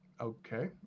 Okay